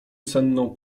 senną